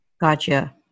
Gotcha